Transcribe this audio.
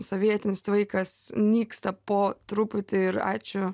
sovietinis tvaikas nyksta po truputį ir ačiū